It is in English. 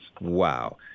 Wow